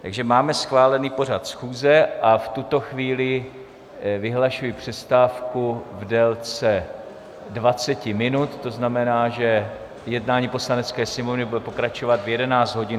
Takže máme schválený pořad schůze a v tuto chvíli vyhlašuji přestávku v délce 20 minut, to znamená, že jednání Poslanecké sněmovny bude pokračovat v 11.25 hodin.